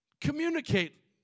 communicate